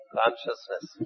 consciousness